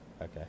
Okay